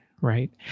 Right